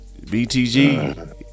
BTG